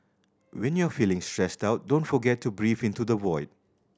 when you are feeling stressed out don't forget to breathe into the void